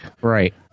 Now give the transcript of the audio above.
Right